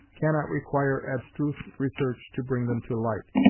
cannot require abstruse research to bring them to light